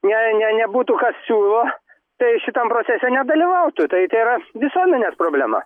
ne ne nebūtų kas siūlo tai šitam procese nedalyvautų tai tai yra visuomenės problema